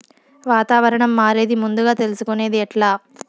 వాతావరణం మారేది ముందుగా తెలుసుకొనేది ఎట్లా?